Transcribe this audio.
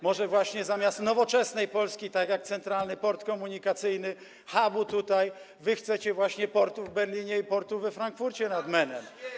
Może właśnie zamiast nowoczesnej Polski, zamiast Centralnego Portu Komunikacyjnego, hubu, wy chcecie właśnie portu w Berlinie i portu we Frankfurcie nad Menem?